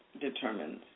determines